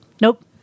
nope